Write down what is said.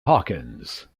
hawkins